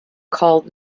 called